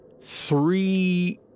three